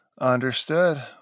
understood